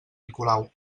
nicolau